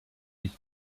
ich